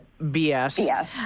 BS